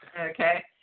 Okay